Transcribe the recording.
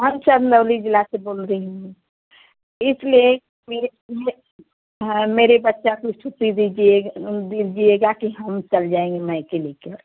हम चंदौली ज़िले से बोल रही हूँ इसलिए मेरे मैं हाँ मेरे बच्चा को छुट्टी दीजिएगा दीजिएगा कि हम चले जाएँगे मायके लेकर